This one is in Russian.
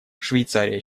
швейцария